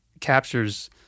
captures